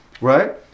right